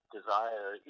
desire